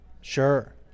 Sure